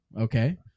Okay